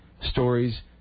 Stories